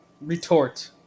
retort